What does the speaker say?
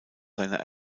seine